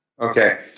Okay